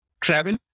travel